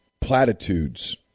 platitudes